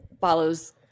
follows